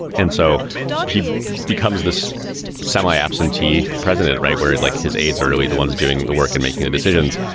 and so he becomes this semlor absentee president. right. where he'd, like his aides, are really the ones doing the work and making the decisions.